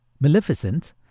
Maleficent